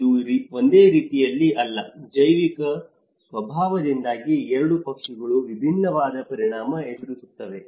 ಇದು ಒಂದೇ ರೀತಿಯಲ್ಲಿ ಅಲ್ಲ ಜೈವಿಕ ಸ್ವಭಾವದಿಂದಾಗಿ 2 ಪಕ್ಷಿಗಳು ವಿಭಿನ್ನವಾದ ಪರಿಣಾಮ ಎದುರಿಸುತ್ತವೆ